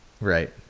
Right